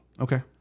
Okay